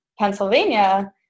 pennsylvania